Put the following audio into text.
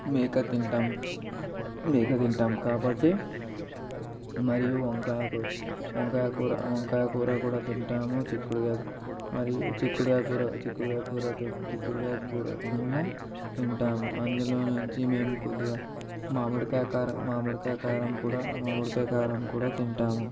మేక తింటాం మేక తింటాం కాబట్టి మరియు వంకాయ కూర వంకాయ కూర వంకాయ కూర కూడా తింటాము చిక్కుడు కాయ మరియు చిక్కుడు కాయ చిక్కుడు కాయ కూర కూడా కుడంగా తింటాము అందులో నుంచి మేము కొద్దిగా మామిడికాయ కారం మామిడికాయ కారం కూడా మామిడికాయ కారం కూడా తింటాము